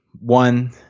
one